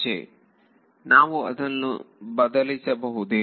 ವಿದ್ಯಾರ್ಥಿ ನಾವು ಅದನ್ನು ಬದಲಿಸಬಹುದೇ